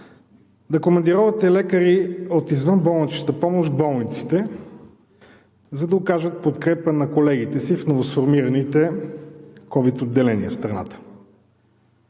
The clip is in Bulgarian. да командировате лекари от извънболничната помощ в болниците, за да окажат подкрепа на колегите си в новосформираните ковид отделения в страната.